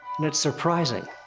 and it's surprising.